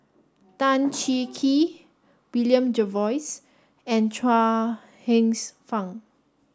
Tan Cheng Kee William Jervois and Chuang Hsueh Fang